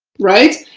right.